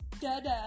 Dada